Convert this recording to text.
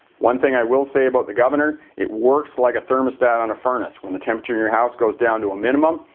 one thing i will say about the governor it works like a thermostat on a furnace. when the temperature in your house goes down to a minimum,